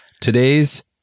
Today's